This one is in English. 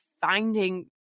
finding